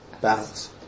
balance